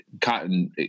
cotton